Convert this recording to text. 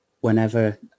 whenever